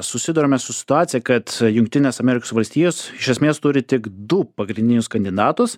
susiduriame su situacija kad jungtinės amerikos valstijos iš esmės turi tik du pagrindinius kandidatus